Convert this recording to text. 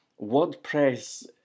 WordPress